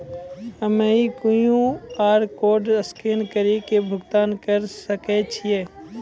हम्मय QR code scan कड़ी के भुगतान करें सकय छियै?